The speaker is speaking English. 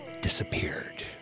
Disappeared